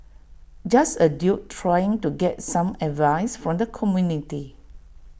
just A dude trying to get some advice from the community